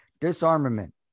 Disarmament